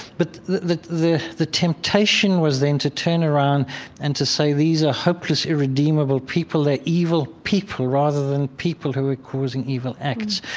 but the the temptation was then to turn around and to say, these are hopeless irredeemable people. they're evil people' rather than people who were causing evil acts.